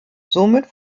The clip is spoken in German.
somit